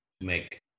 make